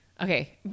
Okay